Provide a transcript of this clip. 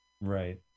Right